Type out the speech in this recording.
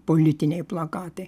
politiniai plakatai